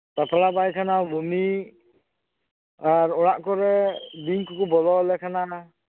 ᱯᱟᱛᱞᱟᱯᱟᱭᱠᱷᱟᱱᱟ ᱵᱚᱢᱤ ᱟᱨ ᱚᱲᱟᱜ ᱠᱚᱨᱮᱵᱤᱧ ᱠᱚᱠᱚ ᱵᱚᱞᱚᱣᱟᱞᱮ ᱠᱟᱱᱟ